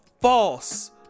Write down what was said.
false